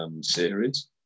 series